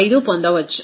845 పొందవచ్చు